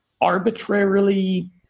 arbitrarily